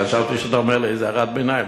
חשבתי שאתה אומר לי איזה הערת ביניים.